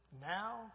Now